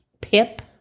Pip